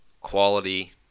Quality